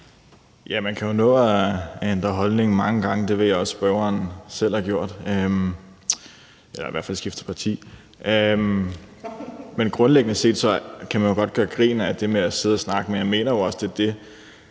Man kan jo nå at ændre holdning mange gange. Det ved jeg også at spørgeren selv har gjort – eller i hvert fald skiftet parti. Grundlæggende kan man jo godt gøre grin med det med at sidde og snakke, men jeg mener jo også, at det er det,